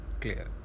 clear